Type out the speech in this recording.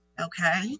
okay